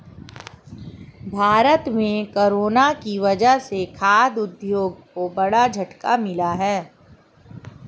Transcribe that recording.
भारत में कोरोना की वजह से खाघ उद्योग को बड़ा झटका मिला है